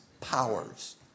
powers